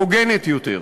הוגנת יותר.